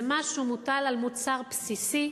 זה משהו שמוטל על מוצר בסיסי,